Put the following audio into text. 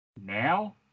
now